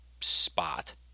spot